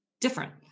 Different